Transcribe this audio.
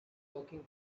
working